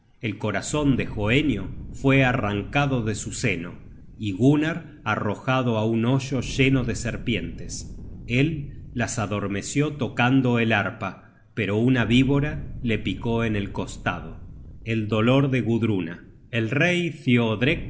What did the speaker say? el corazon de hoenio fue arrancado de su seno y gunnar arrojado á un hoyo lleno de serpientes el las adormeció tocando el arpa pero una víbora le picó en el costado el rey